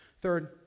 Third